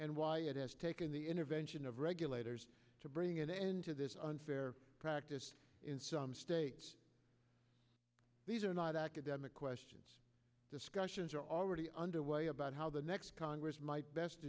and why it has taken the intervention of regulators to bring an end to this unfair practice in some states these are not academic questions discussions are already underway about how the next congress might best